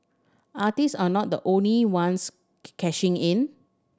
artist are not the only ones cashing in